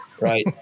Right